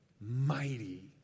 mighty